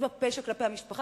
יש בה פשע כלפי המשפחה,